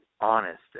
honest